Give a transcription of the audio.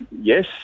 Yes